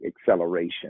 acceleration